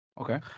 Okay